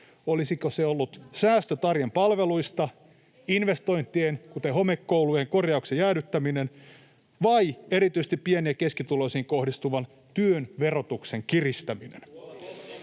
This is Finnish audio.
[Riikka Purra: Vähennetään tehtäviä!] investointien, kuten homekoulujen korjauksien, jäädyttäminen vai erityisesti pieni- ja keskituloisiin kohdistuva työn verotuksen kiristäminen?